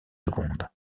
seconde